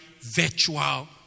virtual